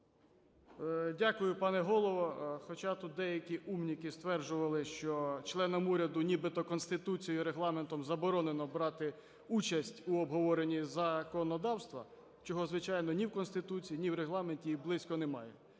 Дякую, пане Голово, хоча тут деякіумники стверджували, що членам уряду нібито Конституцією і Регламентом заборонено брати участь у обговоренні законодавства, чого, звичайно, ні в Конституції, ні в Регламенті і близько немає.